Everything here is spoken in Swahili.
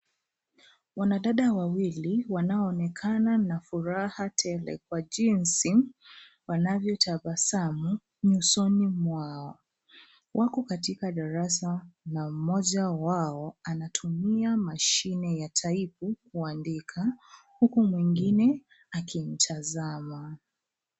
Wanadada wawili wanaoonekana na furaha tele kwa jinsi wanavyotabasamu nyusoni mwao. Wako katika darasa na mmoja wao anatumia mashine ya taipu kuandika huku mwingine akimtazama.